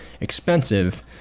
expensive